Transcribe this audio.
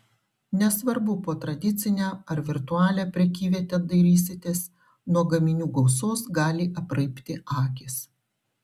nesvarbu po tradicinę ar virtualią prekyvietę dairysitės nuo gaminių gausos gali apraibti akys